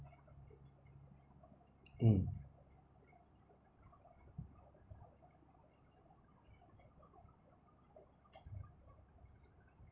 mm